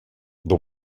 the